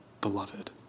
beloved